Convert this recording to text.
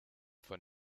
von